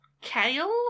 kale